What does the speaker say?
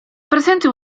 presente